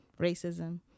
racism